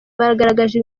bagaragaje